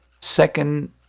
second